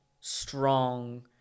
strong